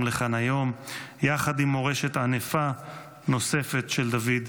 לכאן היום יחד עם מורשת ענפה נוספת של דוד,